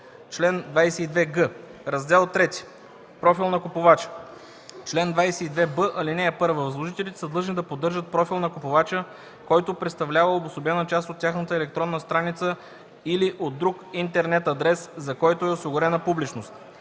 22б-22г: „Раздел ІІІ Профил на купувача Чл. 22б. (1) Възложителите са длъжни да поддържат профил на купувача, който представлява обособена част от тяхната електронна страница или от друг интернет адрес, за който е осигурена публичност.